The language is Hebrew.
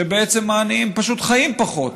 שבעצם העניים חיים פחות,